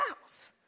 house